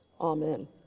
Amen